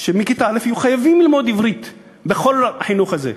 שמכיתה א' יהיו חייבים ללמוד עברית בכל החינוך הזה.